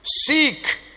seek